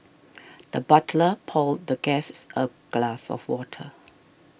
the butler poured the guests a glass of water